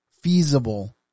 feasible